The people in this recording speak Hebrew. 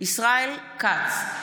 ישראל כץ,